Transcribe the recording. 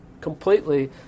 completely